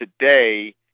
today